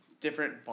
different